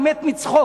אני מת מצחוק,